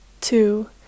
Two